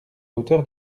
hauteur